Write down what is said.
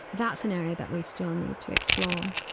that's an area that we still need to explore.